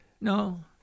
No